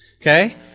Okay